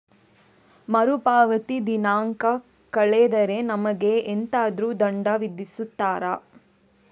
ಮರುಪಾವತಿ ದಿನಾಂಕ ಕಳೆದರೆ ನಮಗೆ ಎಂತಾದರು ದಂಡ ವಿಧಿಸುತ್ತಾರ?